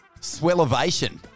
Swellovation